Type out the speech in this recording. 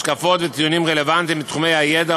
השקפות וטיעונים רלוונטיים בתחומי הידע